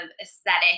aesthetic